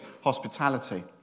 hospitality